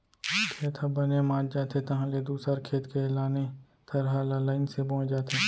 खेत ह बने मात जाथे तहाँ ले दूसर खेत के लाने थरहा ल लईन से बोए जाथे